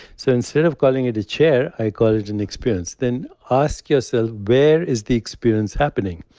so instead of calling it a chair, i call it an experience. then ask yourself, where is the experience happening?